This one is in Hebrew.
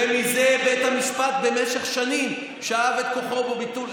ומזה בית המשפט במשך שנים שאב את כוחו לביטול.